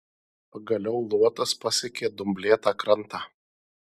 pagaliau luotas pasiekė dumblėtą krantą